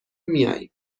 میایم